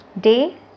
day